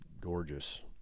gorgeous